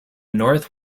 north